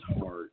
heart